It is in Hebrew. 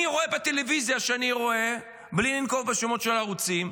אני רואה בטלוויזיה, בלי לנקוב בשמות של ערוצים,